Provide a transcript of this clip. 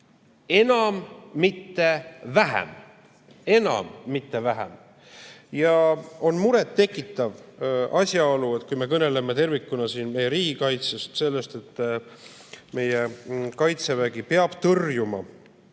enam, mitte vähem. Enam, mitte vähem! Ja on muret tekitav, et kui me kõneleme tervikuna meie riigikaitsest ja sellest, et meie Kaitsevägi peab tõrjuma